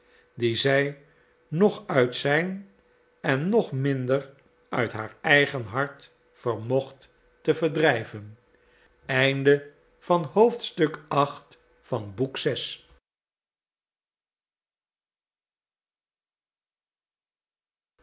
die zij noch uit zijn en nog minder uit haar eigen hart vermocht te verdrijven